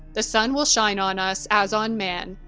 the sun will shine on us as on man,